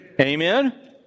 Amen